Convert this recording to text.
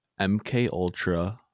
MKUltra